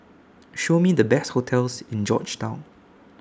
Show Me The Best hotels in Georgetown